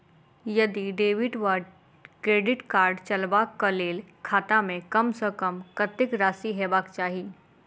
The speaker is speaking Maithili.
यदि डेबिट वा क्रेडिट कार्ड चलबाक कऽ लेल खाता मे कम सऽ कम कत्तेक राशि हेबाक चाहि?